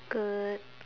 good